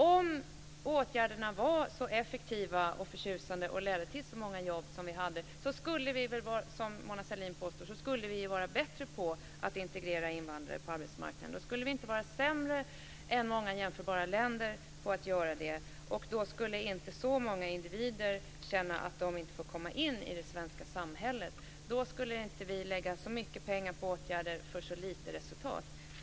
Om åtgärderna var så effektiva och förtjusande och ledde till så många jobb som Mona Sahlin påstår skulle vi vara bättre på att integrera invandrare på arbetsmarknaden. Då skulle vi inte vara sämre än många jämförbara länder på att göra det. Då skulle inte så många individer känna att de inte får komma in i det svenska samhället. Då skulle vi inte lägga så mycket pengar på åtgärder för så lite resultat.